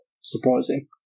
surprising